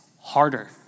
harder